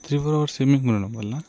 three four hours swimming ఉండటం వల్ల